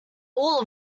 all